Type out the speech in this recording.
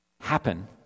happen